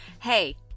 Hey